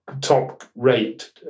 top-rate